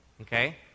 Okay